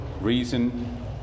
reason